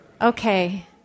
Okay